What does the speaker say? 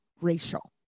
racial